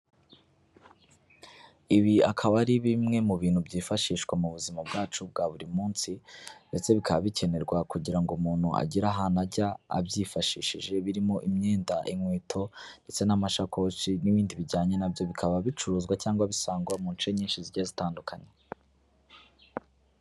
Ibi akaba ari bimwe mu bintu byifashishwa mu buzima bwacu bwa buri munsi ndetse bikaba bikenerwa kugira ngo umuntu agire ahantu ajya abyifashishije, birimo imyenda, inkweto ndetse n'amashakoshi n'ibindi bijyanye na byo, bikaba bicuruzwa cyangwa bisangwa mu nshe nyinshi zigiye zitandukanye.